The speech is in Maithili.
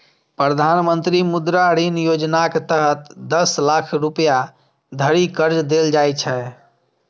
प्रधानमंत्री मुद्रा ऋण योजनाक तहत दस लाख रुपैया धरि कर्ज देल जाइ छै